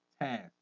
task